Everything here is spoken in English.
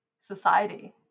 society